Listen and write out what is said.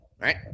right